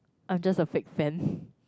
I'm just a fake fan